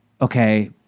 Okay